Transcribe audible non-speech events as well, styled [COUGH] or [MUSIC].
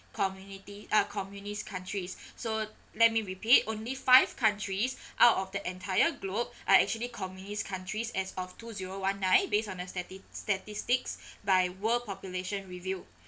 community uh communist countries [BREATH] so let me repeat only five countries [BREATH] out of the entire globe are actually communist countries as of two zero one nine based on stati~ statistics [BREATH] by world population review